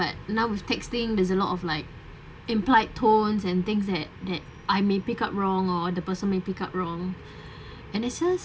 but now with texting there's a lot of like implied tones and things that that I may pick up wrong or the person may pick up wrong and it's just